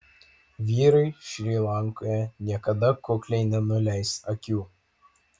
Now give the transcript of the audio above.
vyrai šri lankoje niekada kukliai nenuleis akių